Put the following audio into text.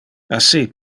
assi